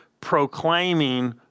proclaiming